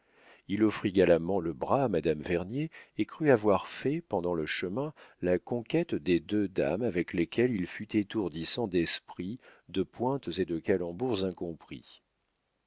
il offrit galamment le bras à madame vernier et crut avoir fait pendant le chemin la conquête des deux dames avec lesquelles il fut étourdissant d'esprit de pointes et de calembours incompris